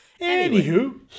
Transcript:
Anywho